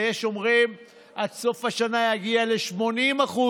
ויש אומרים שעד סוף השנה יגיע ל-80%,